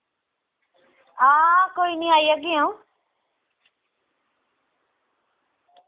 आं कोई निं आई जाह्गी अंऊ